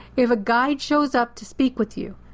if a guide shows up to speak with you,